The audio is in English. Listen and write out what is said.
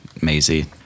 Maisie